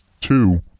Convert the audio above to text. Two